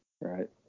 right